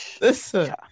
Listen